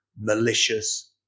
malicious